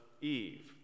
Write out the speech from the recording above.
Eve